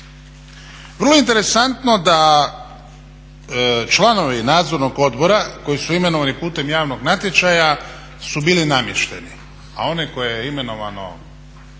Vrlo interesantno da članovi nadzornog odbora koji su imenovani putem javnog natječaja su bili namješteni, a one koje je imenovao